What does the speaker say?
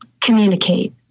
communicate